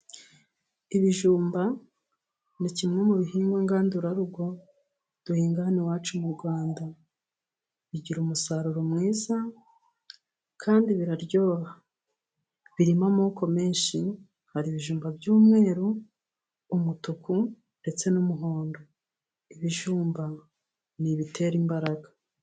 Ibijumba ni kimwe mu bihingwa ngandurarugo duhinga hano iwacu mu Rwanda. Bigira umusaruro mwiza kandi biraryoha. Birimo amoko menshi, hari ibijumba by'umweru, umutuku ndetse n'umuhondo. Ibijumba ni ibitera imbaraga.